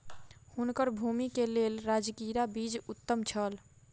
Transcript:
हुनकर भूमि के लेल राजगिरा बीज उत्तम छल